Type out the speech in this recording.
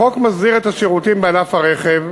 החוק מסדיר את השירותים בענף הרכב,